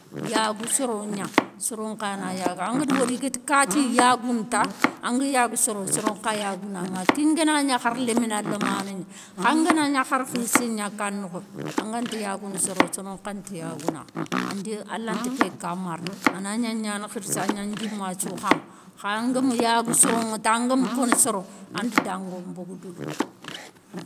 Yagou soro gna, soro nkhana yagaŋa angada wori i gati kati yagounou ta, anga yagou soro, soro nkha yagounaŋa ké ngana gna hari lémina lamané gna. Kha ngana gna hari khirssé gna, ka nokho anganta yagounou soro, soro nkhanta yagounaŋa, andi a lanta ké ka marana anagna gnana khirssé agna ndjimassou khama, kha angama yagou soronta angama konou soro anda dango bogou douya.